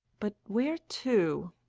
but where to?